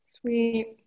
Sweet